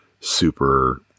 super